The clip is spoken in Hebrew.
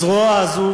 הזרוע הזו